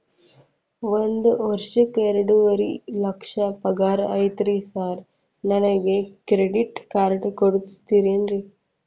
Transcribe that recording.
ಒಂದ್ ವರ್ಷಕ್ಕ ಎರಡುವರಿ ಲಕ್ಷ ಪಗಾರ ಐತ್ರಿ ಸಾರ್ ನನ್ಗ ಕ್ರೆಡಿಟ್ ಕಾರ್ಡ್ ಕೊಡ್ತೇರೆನ್ರಿ?